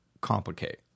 complicate